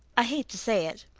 i hate to say it.